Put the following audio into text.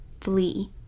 flee